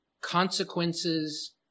Consequences